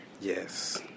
Yes